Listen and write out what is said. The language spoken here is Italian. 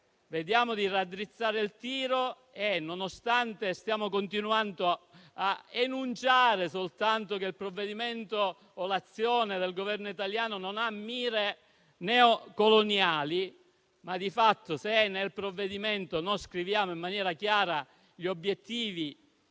vediamo di raddrizzare il tiro. Nonostante stiamo continuando a enunciare che il provvedimento o l'azione del Governo italiano non abbia mire neocoloniali, di fatto, se nel provvedimento non scriviamo in maniera chiara gli obiettivi